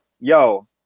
yo